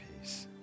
peace